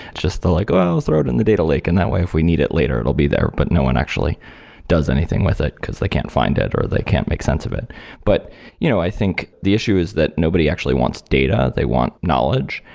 just to like, oh, i'll throw it in the data lake. and that way if we need it later, it'll be there, but no one actually does anything with it, because they can't find it, or they can't make sense of it but you know i think the issue is that nobody actually wants data. they want knowledge.